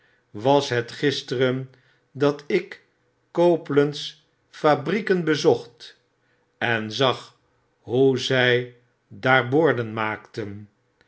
was het gisteren dat ik copeland's fabrieken bezocht en zag hoe zg daar borden maakten